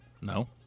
No